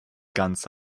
ganz